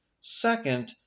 Second